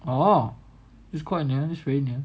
or it's quite near that's very near